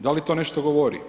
Da li to nešto govori?